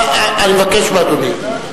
אני מבקש מאדוני.